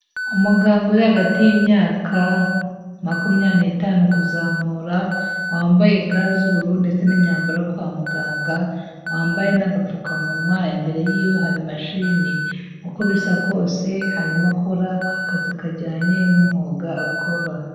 Umuganga uri hagati y'imyaka makumyabiri n'itanu kuzamura, wambaye ga z'ubururu ndetse n'imyambaro yo kwa muganga, wambaye n'agapfukamunwa imbere y'iwe hari imashini. Uko bisa kose arimo akora akazi kajyanye n'umwuga akora.